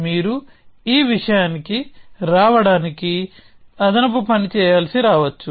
మీరు ఈ విషయానికి రావడానికి అదనపు పని చేయాల్సి రావచ్చు